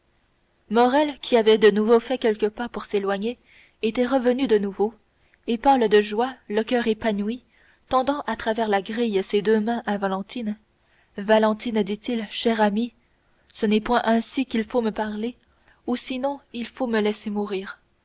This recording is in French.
morrel qui avait de nouveau fait quelques pas pour s'éloigner était revenu de nouveau et pâle de joie le coeur épanoui tendant à travers la grille ses deux mains à valentine valentine dit-il chère amie ce n'est point ainsi qu'il faut me parler ou sinon il faut me laisser mourir